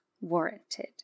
warranted